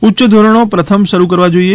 ઉચ્ચ ધોરણો પ્રથમ શરૂ કરવા જોઈએ